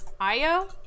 io